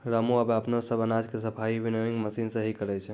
रामू आबॅ अपनो सब अनाज के सफाई विनोइंग मशीन सॅ हीं करै छै